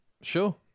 Sure